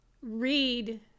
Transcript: read